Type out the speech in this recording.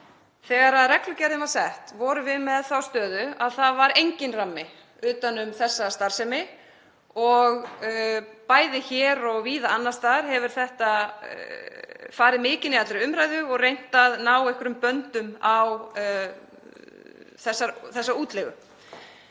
Þegar reglugerðin var sett vorum við með þá stöðu að það var enginn rammi utan um þessa starfsemi og bæði hér og víða annars staðar hefur þetta farið mikinn í allri umræðu og verið reynt að ná einhverjum böndum á þessa útleigu.